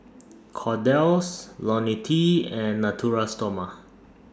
Kordel's Ionil T and Natura Stoma